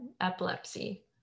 epilepsy